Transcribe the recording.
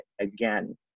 again